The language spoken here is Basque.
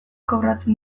kobratzen